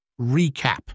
recap